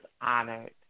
honored